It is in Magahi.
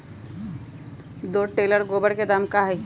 दो टेलर गोबर के दाम का होई?